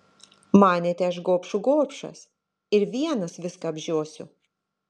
manėte aš gobšų gobšas ir vienas viską apžiosiu